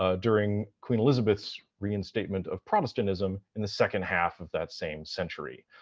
ah during queen elizabeth's reinstatement of protestantism in the second half of that same century.